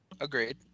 Agreed